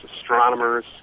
astronomers